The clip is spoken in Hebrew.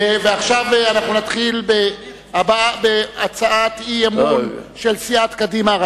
עכשיו נתחיל בהצעת אי-אמון של סיעת קדימה.